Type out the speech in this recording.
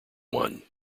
one